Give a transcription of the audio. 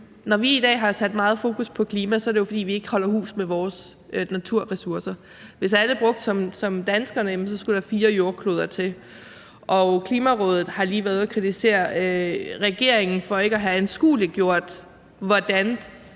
når vi i dag har sat meget fokus på klima, er det jo, fordi vi ikke holder hus med vores naturressourcer. Hvis alle forbrugte som danskerne, skulle der fire jordkloder til. Og Klimarådet har lige været ude at kritisere regeringen for ikke at have anskueliggjort, hvordan